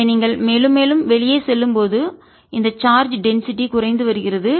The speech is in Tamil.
எனவே நீங்கள் மேலும் மேலும் வெளியே செல்லும் போது இந்த சார்ஜ் டென்சிட்டி அடர்த்தி குறைந்து வருகிறது